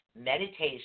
meditation